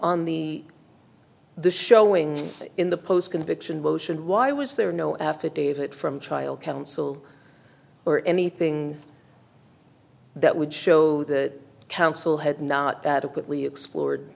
on the the showing in the post conviction motion why was there no affidavit from child counsel or anything that would show that council had not adequately explored